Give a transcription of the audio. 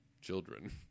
children